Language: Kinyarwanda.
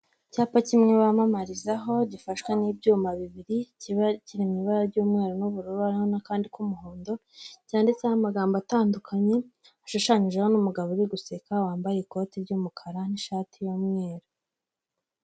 Icyapa kimwe bamamarizaho gifashwawe n'ibyuma bibiri, kiba kiri mu ibara ry'umweru n'ubururu hariho n'akandi k'umuhondo; cyanditseho amagambo atandukanye, ashushanyijeho n'umugabo uri guseka wambaye ikoti ry'umukara n'ishati y'umweru.